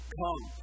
come